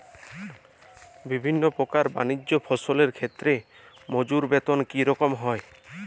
বিভিন্ন প্রকার বানিজ্য ফসলের ক্ষেত্রে মজুর বেতন কী রকম হয়?